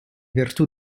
virtù